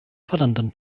fallenden